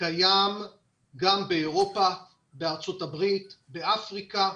קיים גם באירופה, בארצות-הברית ובאפריקה.